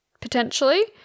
potentially